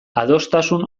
adostasun